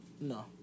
No